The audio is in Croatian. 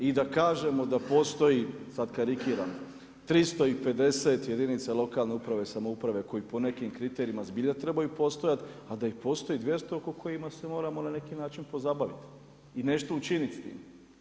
I da kažemo da postoji, sada karikiram 350 jedinica lokalne uprave i samouprave koji po nekim kriterijima zbilja trebaju postojati ali da ih postoji 200 o kojima se moramo na neki način pozabaviti i nešto učiniti s tim.